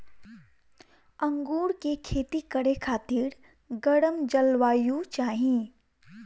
अंगूर के खेती करे खातिर गरम जलवायु चाही